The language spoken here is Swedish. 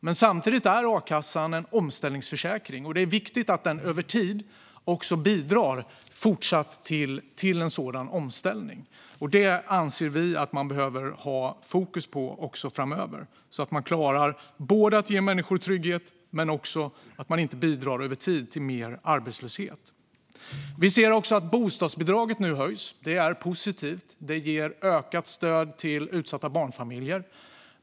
Men samtidigt är akassan en omställningsförsäkring, och det är viktigt att den över tid även fortsättningsvis bidrar till en sådan omställning. Det anser vi att man behöver ha fokus på också framöver, så att man klarar att ge människor trygghet utan att samtidigt över tid bidra till mer arbetslöshet. Vi ser också att bostadsbidraget nu höjs. Det är positivt. Det ger ökat stöd till utsatta barnfamiljer.